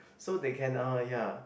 so they can orh ya